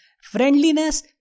friendliness